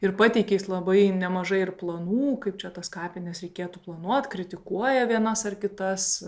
ir pateikė jis labai nemažai ir planų kaip čia tas kapines reikėtų planuot kritikuoja vienas ar kitas